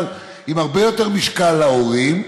אבל עם הרבה יותר משקל להורים,